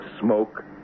smoke